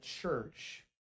church